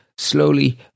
Slowly